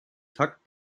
takt